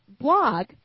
blog